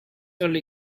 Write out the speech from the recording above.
early